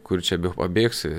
kur čia bepabėgsi